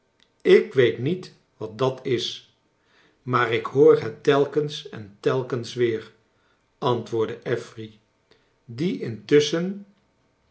ik weet nie t wat dat is maar ik hoor het telkens en telkens weer antwoordde affery die intusschen